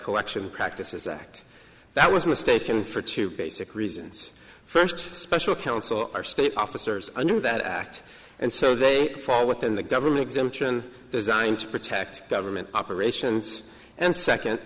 collection practices act that was mistaken for two basic reasons first the special counsel are state officers under that act and so they fall within the government exemption designed to protect government operations and